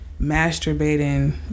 masturbating